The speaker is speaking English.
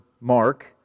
Mark